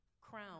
Crown